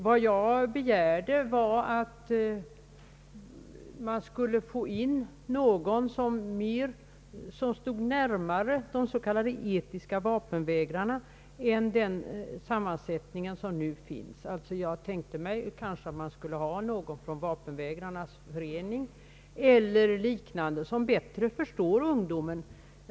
Vad jag begärde var att man skulle få in någon som stod närmare de s.k. etiska vapenvägrarna än man får med den sammansättning som nu finns. Jag tänkte mig att man kanske skulle ha någon med från Vapenvägrarnas förening eller liknande som bättre förstår ungdom.